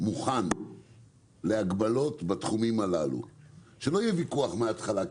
מוכן להגבלות בתחומים הללו שלא יהיה ויכוח מהתחלה,